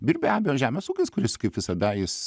ir be abejo žemės ūkis kuris kaip visada jis